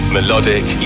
Melodic